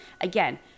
Again